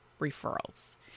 referrals